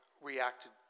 reacted